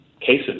cases